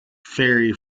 ferry